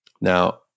Now